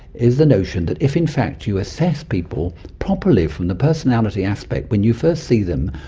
is the notion that if in fact you assess people properly from the personality aspect when you first see them,